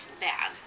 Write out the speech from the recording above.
bad